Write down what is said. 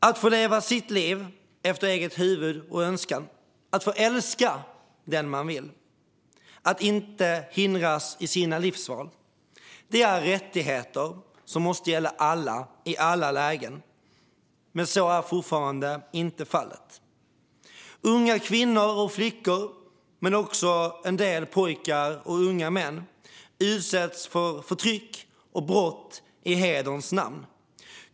Att få leva sitt liv efter eget huvud och önskan, att få älska den man vill, att inte hindras i sina livsval, det är rättigheter som måste gälla alla i alla lägen. Men så är fortfarande inte fallet. Unga kvinnor och flickor, men också en del pojkar och unga män, utsätts för förtryck och brott i hederns namn.